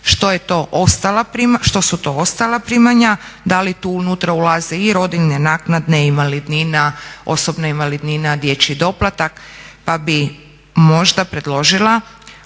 što su to ostala primanja, da li tu unutra ulaze i rodiljne naknade, invalidnina, osobna invalidnina, dječji doplatak pa bi možda predložila